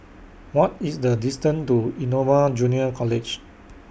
What IS The distance to Innova Junior College